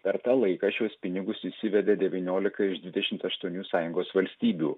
per tą laiką šiuos pinigus įsivedė devyniolika iš dvidešimt aštuonių sąjungos valstybių